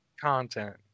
content